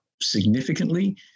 significantly